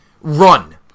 run